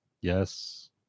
Yes